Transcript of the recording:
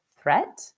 threat